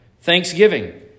Thanksgiving